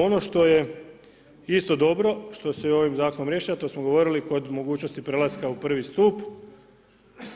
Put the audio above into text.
Ono što je isto dobro što se i ovim zakonom rješava a to smo govorili kod mogućnosti prelaska u prvi stup,